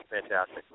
fantastic